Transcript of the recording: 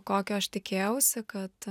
kokio aš tikėjausi kad